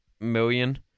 million